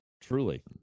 Truly